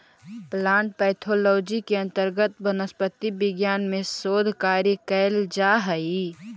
plant pathology के अंतर्गत वनस्पति विज्ञान में शोध कार्य कैल जा हइ